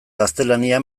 gaztelania